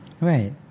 Right